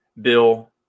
bill